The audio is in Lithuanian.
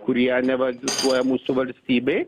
kurie neva egzistuoja mūsų valstybėj